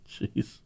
Jeez